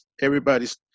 everybody's